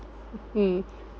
mm